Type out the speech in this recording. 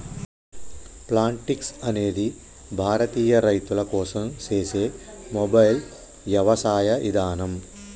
Plantix అనేది భారతీయ రైతుల కోసం సేసే మొబైల్ యవసాయ ఇదానం